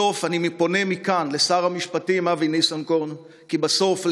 אני פונה מכאן לשר המשפטים אבי ניסנקורן כי בסוף,